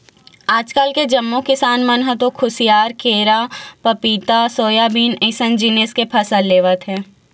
आजकाल के जम्मो किसान मन ह तो खुसियार, केरा, पपिता, सोयाबीन अइसन जिनिस के फसल लेवत हे